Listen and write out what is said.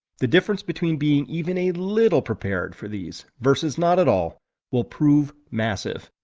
the difference between being even a little prepared for these versus not at all will prove massive.